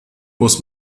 muss